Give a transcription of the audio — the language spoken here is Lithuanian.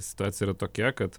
situacija yra tokia kad